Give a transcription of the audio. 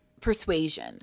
persuasion